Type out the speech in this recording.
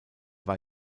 war